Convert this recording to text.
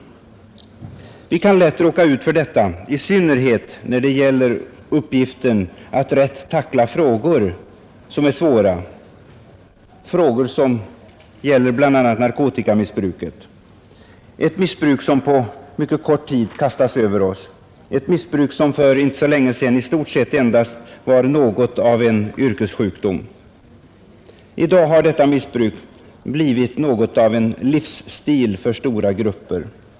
Vi kan lätt råka ut för detta i synnerhet när det gäller uppgiften att rätt tackla svåra frågor som gäller narkotikamissbruket, ett missbruk som på mycket kort tid kastats över oss och som för inte länge sedan i stort sett var en yrkessjukdom. I dag har detta missbruk blivit något av en livsstil för stora grupper.